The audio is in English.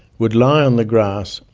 would lie on the grass,